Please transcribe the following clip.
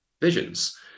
visions